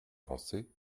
pensez